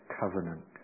covenant